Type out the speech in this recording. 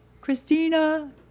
Christina